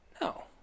No